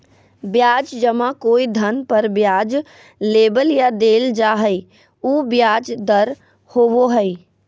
ब्याज जमा कोई धन पर ब्याज लेबल या देल जा हइ उ ब्याज दर होबो हइ